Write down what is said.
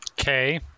Okay